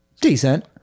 decent